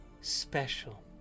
special